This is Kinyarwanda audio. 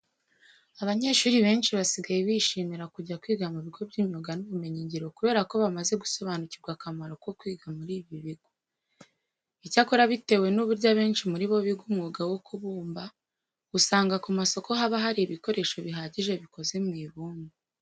Abanyeshuri benshi basigaye bishimira kujya kwiga mu bigo by'imyuga n'ubumenyingiro kubera ko bamaze gusobanukirwa akamaro ko kwiga muri ibi bigo. Icyakora bitewe n'uburyo abenshi muri bo biga umwuga wo kubumba, usanga ku masoko haba hari ibikoresho bihagije bikoze mu ibumba.